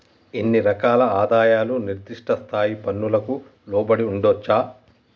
ఇన్ని రకాల ఆదాయాలు నిర్దిష్ట స్థాయి పన్నులకు లోబడి ఉండొచ్చా